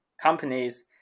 companies